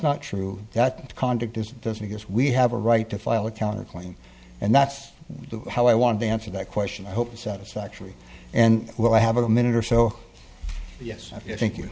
not true that conduct is business we have a right to file a counter claim and that's how i want to answer that question i hope a satisfactory and well i have a minute or so yes i think you